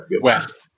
west